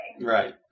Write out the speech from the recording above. Right